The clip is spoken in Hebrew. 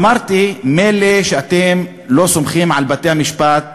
אמרתי: מילא שאתם לא סומכים על בתי-המשפט,